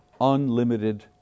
unlimited